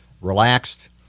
relaxed